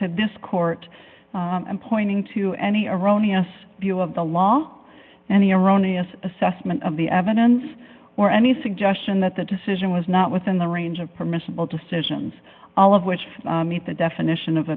to this court and pointing to any erroneous view of the law and the erroneous assessment of the evidence or any suggestion that the decision was not within the range of permissible decisions all of which meet the definition of